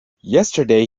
yesterday